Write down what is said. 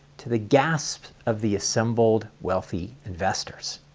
to the gasps of the assembled wealthy investors.